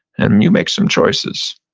and and you make some choices.